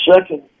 Second